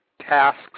tasks